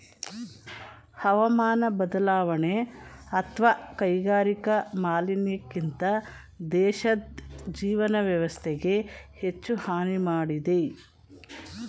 ಹವಾಮಾನ ಬದಲಾವಣೆ ಅತ್ವ ಕೈಗಾರಿಕಾ ಮಾಲಿನ್ಯಕ್ಕಿಂತ ದೇಶದ್ ಜೀವನ ವ್ಯವಸ್ಥೆಗೆ ಹೆಚ್ಚು ಹಾನಿ ಮಾಡಿದೆ